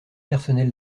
personnel